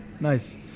Nice